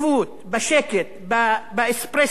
באספרסו הקצר שאתם שותים כל הזמן.